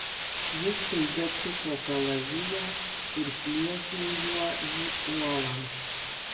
ji staiga čiupo kalaviją ir pliekė juo į uolą